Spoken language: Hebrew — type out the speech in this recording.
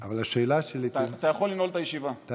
אבל השאלה שלי, אתה יכול לנעול את הישיבה.